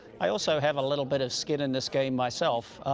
i also have a little bit of skin in this game myself.